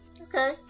Okay